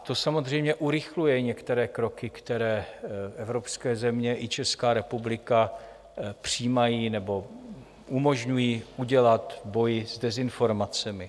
To samozřejmě urychluje některé kroky, které evropské země i Česká republika přijímají nebo umožňují udělat v boji s dezinformacemi.